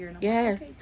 Yes